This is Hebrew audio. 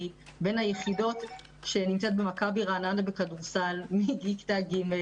היא בין היחידות שנמצאת במכבי רעננה בכדורסל מכיתה ג',